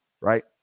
Right